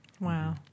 Wow